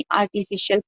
artificial